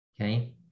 okay